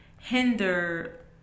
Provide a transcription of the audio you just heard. hinder